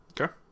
Okay